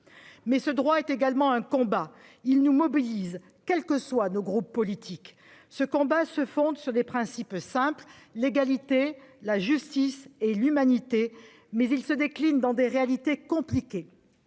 Mais ce droit est également un combat. Il nous mobilise, quel que soit notre groupe politique. Ce combat se fonde sur des principes simples- l'égalité, la justice et l'humanité -, mais il se décline dans des réalités compliquées.